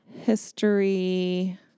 history